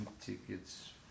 tickets